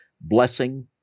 blessing